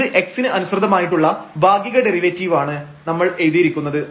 ഇത് x ന് അനുസൃതമായിട്ടുള്ള ഭാഗിക ഡെറിവേറ്റീവ് ആണ് നമ്മൾ എഴുതിയിരിക്കുന്നത്